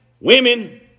Women